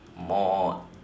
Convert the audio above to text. more